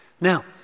now